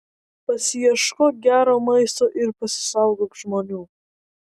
pasiieškok gero maisto ir pasisaugok žmonių